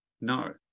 No